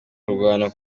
kurwana